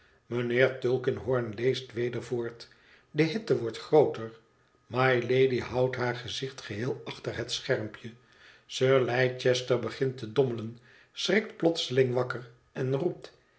mijnheer tulkinghorn leest weder voort de hitte wordt grooter mylady houdt haar gezicht geheel achter het schermpje sir leicester begint te dommelen schrikt plotseling wakker en roept